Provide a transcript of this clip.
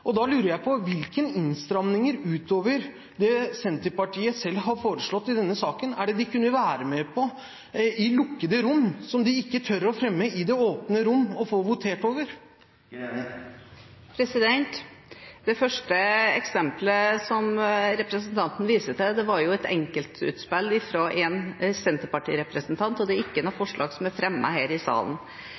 innstramminger. Da lurer jeg på: Hvilke innstramminger utover det Senterpartiet selv har foreslått i denne saken, er det de kunne være med på i lukkede rom, som de ikke tør å fremme i det åpne rom og få votert over? Det første eksempelet representanten viser til, var et enkeltutspill fra én Senterparti-representant, og det er ikke noe forslag som er fremmet her i salen.